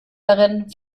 darin